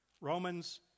Romans